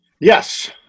Yes